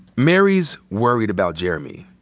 mary's worried about jeremy,